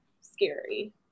scary